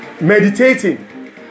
Meditating